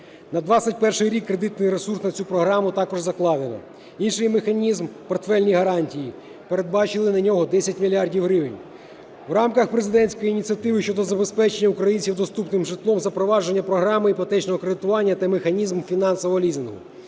На 2021 рік кредитний ресурс на цю програму також закладено. Інший механізм – портфельні гарантії. Передбачили на нього 10 мільярдів гривень. В рамках президентської ініціативи щодо забезпечення українців доступним житлом – запровадження програми іпотечного кредитування та механізм фінансового лізингу.